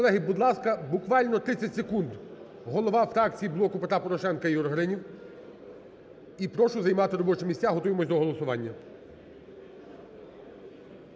Колеги, будь ласка, буквально 30 секунд, голова фракції "Блоку Петра Порошенка" Ігор Гринів. І прошу займати робочі місця, готуємося до голосування.